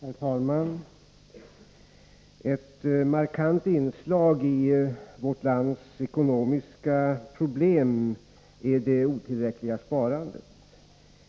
Herr talman! Ett markant inslag i vårt lands ekonomiska problem är det otillräckliga sparandet.